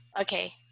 Okay